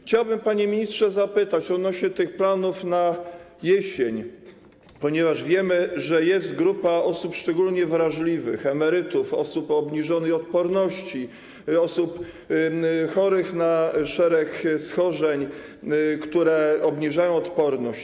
Chciałbym, panie ministrze, zapytać odnośnie do tych planów na jesień, ponieważ wiemy, że jest grupa osób szczególnie wrażliwych: emerytów, osób o obniżonej odporności, osób mających szereg schorzeń, które obniżają odporność.